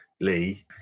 Lee